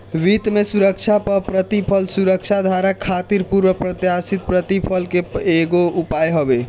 वित्त में सुरक्षा पअ प्रतिफल सुरक्षाधारक खातिर पूर्व प्रत्याशित प्रतिफल के एगो उपाय हवे